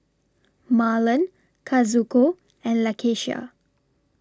Marlon Kazuko and Lakesha